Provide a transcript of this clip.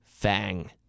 Fang